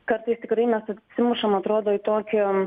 kartais tikrai mes atsimušam atrodo į tokį